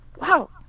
wow